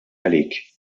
għalik